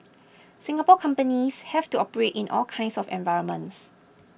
Singapore companies have to operate in all kinds of environments